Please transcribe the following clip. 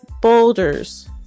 boulders